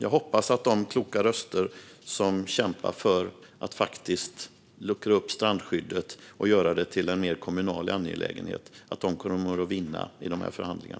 Jag hoppas att de kloka röster som kämpar för att luckra upp strandskyddet och göra det till en mer kommunal angelägenhet kommer att vinna i dessa förhandlingar.